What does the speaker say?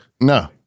No